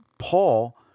Paul